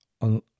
on